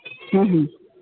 ᱦᱮᱸ ᱦᱮᱸ